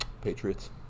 Patriots